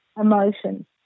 emotions